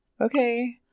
Okay